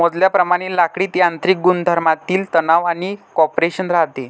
मोजल्याप्रमाणे लाकडीत यांत्रिक गुणधर्मांमधील तणाव आणि कॉम्प्रेशन राहते